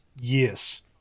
Yes